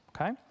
okay